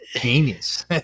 genius